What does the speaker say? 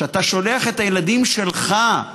שאתה שולח את הילדים שלך,